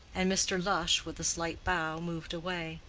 and mr. lush, with a slight bow, moved away.